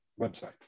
website